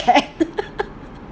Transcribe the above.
eh